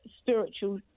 spiritual